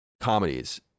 comedies